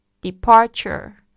departure